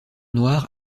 noir